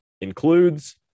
includes